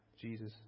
Jesus